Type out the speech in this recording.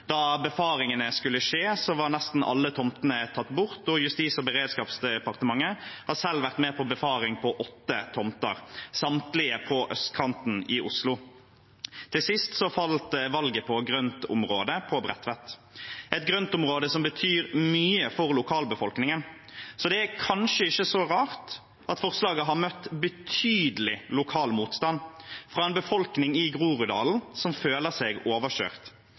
Da befaringene skulle skje, var nesten alle tomtene tatt bort. Justis- og beredskapsdepartementet har selv vært med på befaring på åtte tomter, samtlige på østkanten i Oslo. Til sist falt valget på grøntområdet på Bredtvet, et grøntområde som betyr mye for lokalbefolkningen. Det er kanskje ikke så rart at forslaget har møtt betydelig lokal motstand fra en befolkning i Groruddalen som føler seg